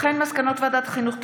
יואב גלנט על מסקנות ועדת החינוך,